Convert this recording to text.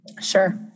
Sure